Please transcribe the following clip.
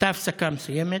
הייתה הפסקה מסוימת,